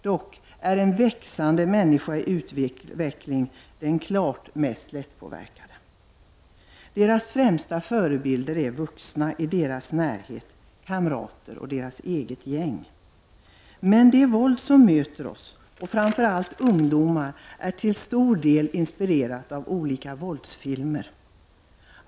Dock är en växande människa som är i utveckling den klart mest lättpåverkade. Deras främsta förebilder är vuxna i deras närhet, kamrater och det egna gänget. Men det våld som möter oss och framför allt ungdomar är till stor del inspirerat av olika våldsfilmer.